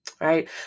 Right